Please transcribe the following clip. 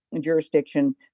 jurisdiction